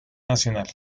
nacional